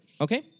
Okay